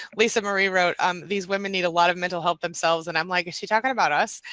lisa marie wrote um these women need a lot of mental help themselves and i'm like is she talking about us,